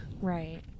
Right